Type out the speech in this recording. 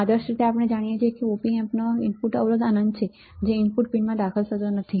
આદર્શરીતે આપણે જાણીએ છીએ કે op ampનો ઇનપુટ અવબાધ અનંત છે જે ઇનપુટ પિનમાં દાખલ થતો નથી